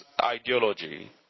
ideology